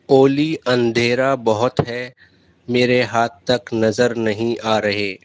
اولی اندھیرا بہت ہے میرے ہاتھ تک نظر نہیں آ رہے